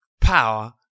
Power